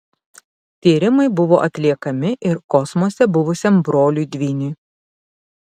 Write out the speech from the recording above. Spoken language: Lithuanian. tyrimai buvo atliekami ir kosmose buvusiam broliui dvyniui